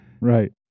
Right